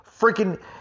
freaking